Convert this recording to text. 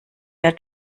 der